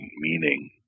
meaning